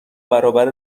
برابر